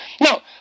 Now